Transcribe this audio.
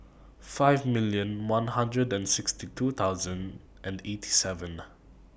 five million one hundred and sixty two thousand and eighty seven